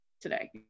today